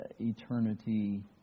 eternity